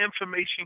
information